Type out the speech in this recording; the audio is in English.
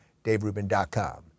DaveRubin.com